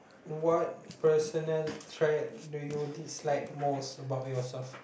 what personal traits do you dislike most about yourself